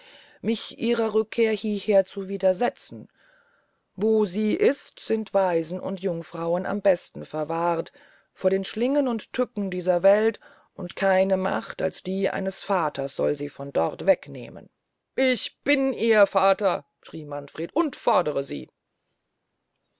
mich ihrer rückkehr hieher zu widersetzen wo sie ist sind waisen und jungfrauen am besten verwahrt vor den schlingen und tücken dieser welt und keine macht als die eines vaters soll sie von dort hinwegnehmen ich bin ihr vater schrie manfred und fordre sie